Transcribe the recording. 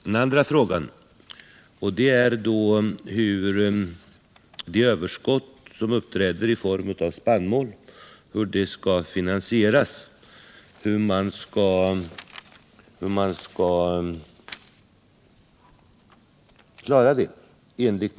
Den andra frågan gäller det i den socialdemokratiska reservationen berörda spörsmålet om hur finansieringen av spannmålsöverskottet skall kunna klaras.